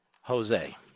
Jose